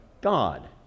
God